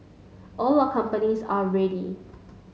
all our companies are ready